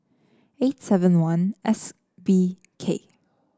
eight seven I S B K